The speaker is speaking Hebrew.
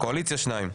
לקואליציה שניים.